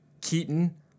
Keaton